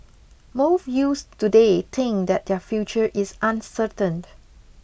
most youths today think that their future is uncertain